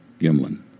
Gimlin